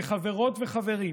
כחברות וחברים,